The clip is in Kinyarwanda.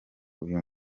uyu